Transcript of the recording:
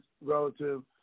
relative